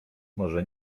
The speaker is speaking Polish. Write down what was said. może